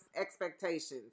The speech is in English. expectations